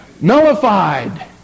nullified